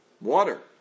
water